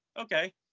okay